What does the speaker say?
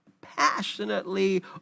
passionately